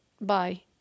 bye